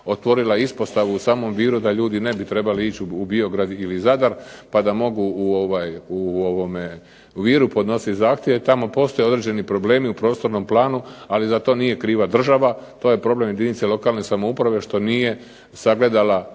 otvorila ispostavu u samom Viru da ljudi ne bi trebali ići u Biograd ili Zadar, pa da mogu u Viru podnositi zahtjeve. Tamo postoje određeni problemi u prostornom planu, ali za to nije kriva država. To je problem jedinice lokalne samouprave što nije sagledala